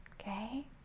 Okay